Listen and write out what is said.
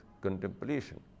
contemplation